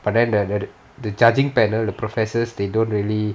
but then the the judging panel the professors they don't really